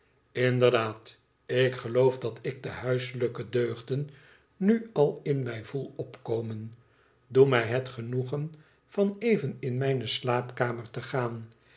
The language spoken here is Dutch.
inderdaad ik geloof dat ik de huiselijke deugden nu al ïq mij voel opkomen doe mij het genoegen van even in mijne slaapkamer te gaan